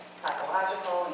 psychological